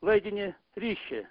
laidinį ryšį